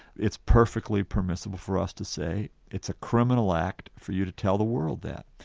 it's perfectly permissible for us to say it's a criminal act for you to tell the world that.